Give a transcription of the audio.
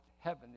heaven